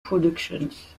productions